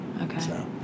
okay